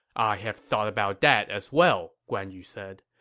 i have thought about that as well, guan yu said.